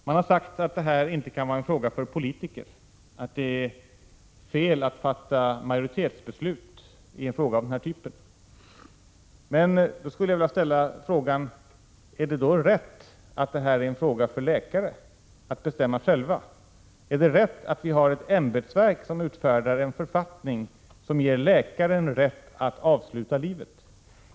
Man har sagt att detta inte kan vara en fråga för politiker, att det är fel att fatta majoritetsbeslut i en fråga av den här typen. Men då skulle jag vilja ställa frågan: Är det då rätt att detta är en fråga för läkare att själva bestämma? Är det rätt att vi har ett ämbetsverk som utfärdar en författning som ger läkaren rätt att avsluta livet?